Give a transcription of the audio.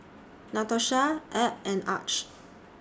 Natosha Ebb and Arch